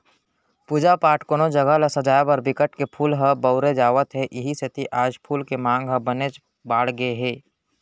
पूजा पाठ, कोनो जघा ल सजाय बर बिकट के फूल ल बउरे जावत हे इहीं सेती आज फूल के मांग ह बनेच बाड़गे गे हे